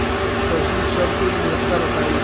पशु सब के गुणवत्ता बताई?